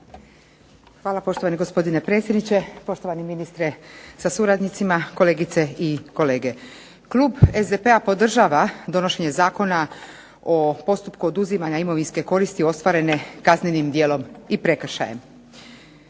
Hvala poštovani gospodine predsjedniče, poštovani ministre sa suradnicima, kolegice i kolege. Klub SDP-a podržava donošenje Zakona o postupku oduzimanja imovinske koristi ostvarene kaznenim djelom i prekršajem.